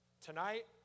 Tonight